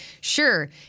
sure